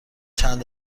چند